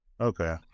Okay